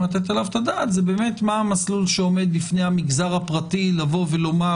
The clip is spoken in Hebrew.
לתת עליו את הדעת זה מה המסלול שעומד בפני המגזר הפרטי לבוא לומר: